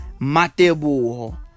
Matebuho